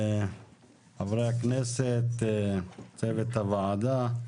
חברי הכנסת, צוות הוועדה,